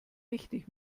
wichtig